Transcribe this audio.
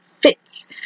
fits